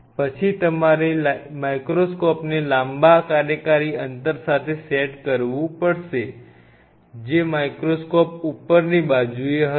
પછી તમારે માઇક્રોસ્કોપને લાંબા કાર્યકારી અંતર સાથે સેટ કરવું પડશે જે માઇક્રોસ્કોપ ઉપરની બાજુએ હશે